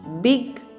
big